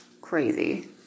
crazy